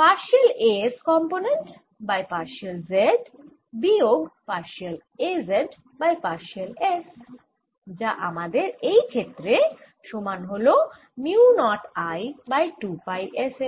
partial A s component by partial z বিয়োগ partial A z by partial s যা আমাদের এই ক্ষেত্রে সমান হল mu naught I by 2 pi s এর